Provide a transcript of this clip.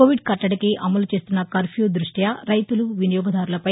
Covid కట్టదికి అమలు చేస్తున్న కర్భ్యూ దృష్ట్యూ రైతులు వినియోగదారులపై